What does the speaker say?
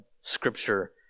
Scripture